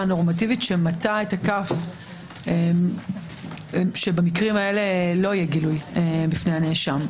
נורמטיבית שמטה את הכף שבמקרים כאלה לא יהיה גילוי בפני הנאשם.